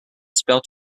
spell